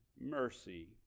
mercy